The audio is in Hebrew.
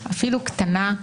אפילו קטנה,